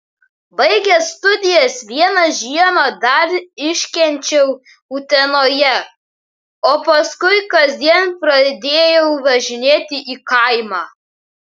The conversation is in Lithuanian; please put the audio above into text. baigęs studijas vieną žiemą dar iškenčiau utenoje o paskui kasdien pradėjau važinėti į kaimą